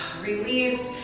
release,